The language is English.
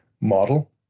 model